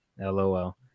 LOL